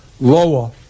lower